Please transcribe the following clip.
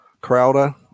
Crowder